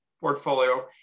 portfolio